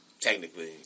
Technically